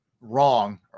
wrong